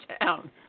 town